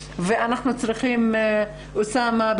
אוניברסיטה,